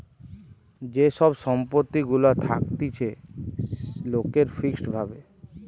যে সব সম্পত্তি গুলা থাকতিছে লোকের ফিক্সড ভাবে